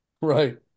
Right